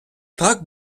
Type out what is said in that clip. так